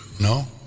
No